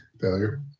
Failure